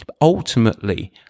Ultimately